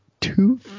two